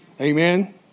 Amen